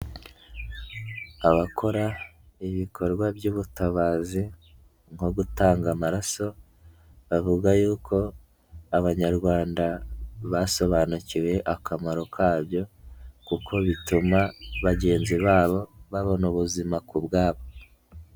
Abakora ibikorwa by'ubutabazi nko gutanga amaraso bavuga yuko Abanyarwanda basobanukiwe akamaro kabyo kuko bituma bagenzi babo babona ubuzima ku bwabo.